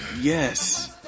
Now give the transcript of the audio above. Yes